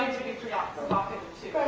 to be ah provocative